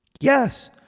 Yes